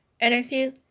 energy